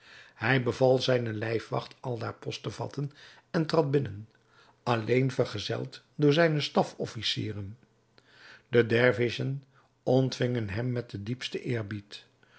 hij beval zijne lijfwacht aldaar post te vatten en trad binnen alleen vergezeld door zijne stafofficieren de dervissen ontvingen hem met den diepsten eerbied